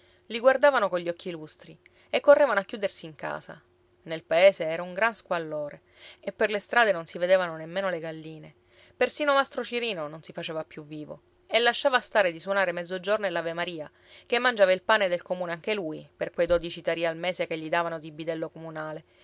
i guardavano cogli occhi lustri e correvano a chiudersi in casa nel paese era un gran squallore e per le strade non si vedevano nemmeno le galline persino mastro cirino non si faceva più vivo e lasciava stare di suonare mezzogiorno e l'avemaria ché mangiava il pane del comune anche lui per quei dodici tarì al mese che gli davano di bidello comunale